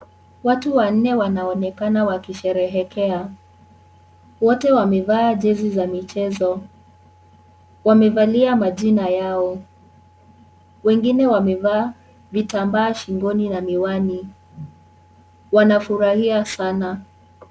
Watu wanne wanaonekana wakisherehekea. Wote wamevaa jezi za michezo. Wamevalia majina yao. Wengine wamevaa vitambaa shingoni na miwani. Wanafurahia sana.